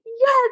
Yes